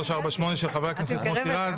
הצעת ח"כ מוסי רז.